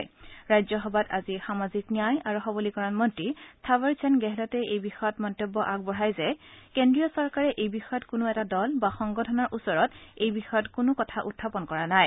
আজি ৰাজ্যসভাত সামাজিক ন্যায় আৰু সৱলীকৰণ মন্ত্ৰী থাৱৰ চান্দ গেহলটে এই বিষয়ত বিবৃতি দি কয় যে কেন্দ্ৰীয় চৰকাৰে এই বিষয়ত কোনো এটা দল বা সংগঠনৰ ওচৰত এই বিষয়ত কোনো কথা উখাপন কৰা নাই